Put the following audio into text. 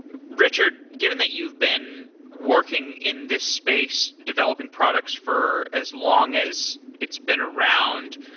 richard, given that you've been working in this space, developing products for as long as it's been around,